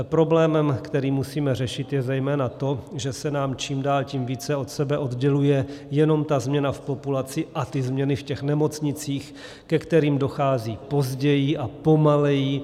Problém, který musíme řešit, je zejména ten, že se nám čím dál tím více od sebe odděluje jenom ta změna v populaci a změny v těch nemocnicích, ke kterým dochází později a pomaleji.